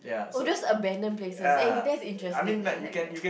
all those abandoned places eh that's interesting I like that